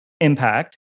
impact